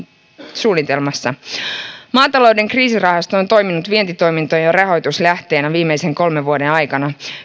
maatalouden kriisirahasto on toiminut vientitoimintojen rahoituslähteenä viimeisen kolmen vuoden aikana